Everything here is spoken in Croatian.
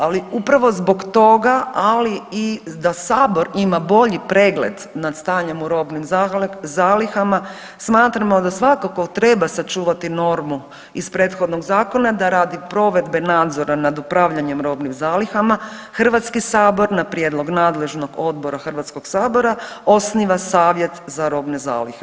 Ali upravo zbog toga ali i da Sabor ima bolji pregled nad stanjem u robnim zalihama smatramo da svakako treba sačuvati normu iz prethodnog zakona da radi provedbe nadzora nad upravljanjem robnim zalihama Hrvatski sabor na prijedlog nadležnog odbora Hrvatskog sabora osniva Savjet za robne zalihe.